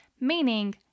meaning